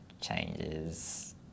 changes